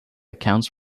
accounts